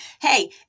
Hey